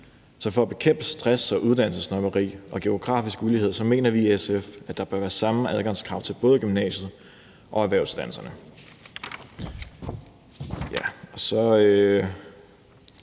Så for at bekæmpe stress, uddannelsessnobberi og geografisk ulighed mener vi i SF at der bør være samme adgangskrav til både gymnasierne og erhvervsuddannelserne.